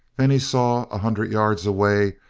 then he saw, a hundred yards away,